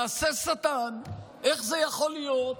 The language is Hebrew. מעשה שטן, איך זה יכול להיות,